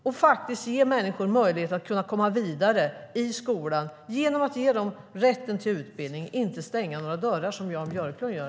Vi måste ge människor möjlighet att komma vidare i skolan genom att ge dem rätten till utbildning och inte stänga några dörrar som Jan Björklund gör.